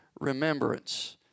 remembrance